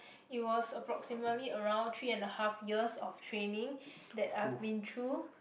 it was approximately around three and a half years of training that I've been through